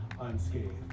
unscathed